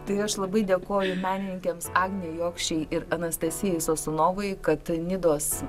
tai aš labai dėkoju menininkėms agnei jokšei ir anastasijai sosunovai kad nidos